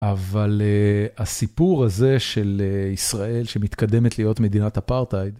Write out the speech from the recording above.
אבל הסיפור הזה של ישראל שמתקדמת להיות מדינת אפרטייד...